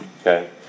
okay